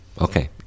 Okay